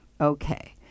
okay